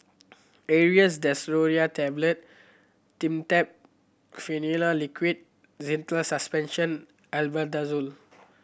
Aerius DesloratadineTablet Dimetapp Phenylephrine Liquid Zental Suspension Albendazole